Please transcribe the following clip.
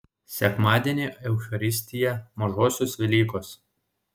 sekmadienio eucharistija mažosios velykos